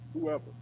whoever